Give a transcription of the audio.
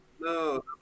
No